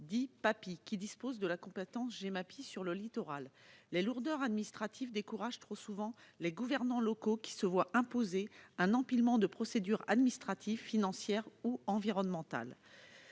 et à la prévention des inondations, sur le littoral. Les lourdeurs administratives découragent trop souvent les gouvernants locaux, qui se voient imposer un empilement de procédures administratives, financières ou environnementales.